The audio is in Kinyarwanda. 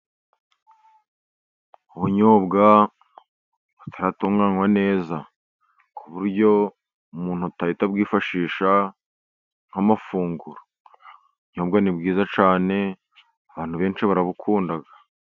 Ubunyobwa butaratunganywa neza ku buryo umuntu atahita abwifashisha nk'amafunguro, ubunyobwa ni bwiza cyane abantu benshi barabukunda.